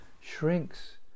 shrinks